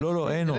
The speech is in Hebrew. לא, לא, אין עוד.